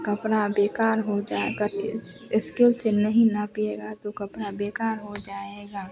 कपड़ा बेकार हो जाएगा के स्केल से नहीं नापिएगा तो कपड़ा बेकार हो जाएगा